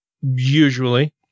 Usually